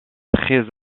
très